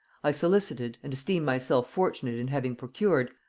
i solicited, and esteem myself fortunate in having procured,